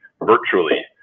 virtually